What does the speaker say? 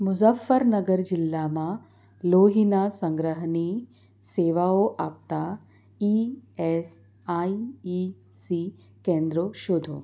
મુઝફ્ફરનગર જિલ્લામાં લોહીના સંગ્રહની સેવાઓ આપતા ઈએસઆઈસી કેન્દ્રો શોધો